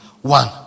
One